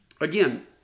again